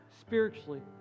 spiritually